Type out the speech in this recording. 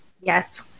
Yes